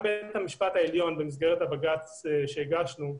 במסגרת הבג"ץ שהגשנו,